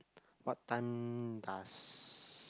what time does